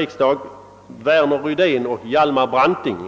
riksdagen, nämligen Värner Rydén och Hjalmar Branting.